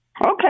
Okay